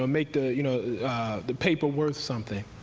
um make the you know the paper worth something.